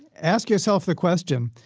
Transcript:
ask yourself the question,